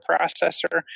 processor